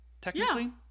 technically